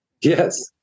Yes